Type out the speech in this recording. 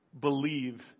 Believe